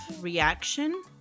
reaction